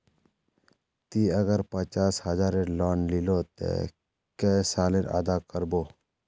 ती अगर पचास हजारेर लोन लिलो ते कै साले अदा कर बो?